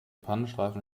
pannenstreifen